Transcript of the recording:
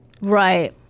Right